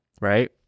right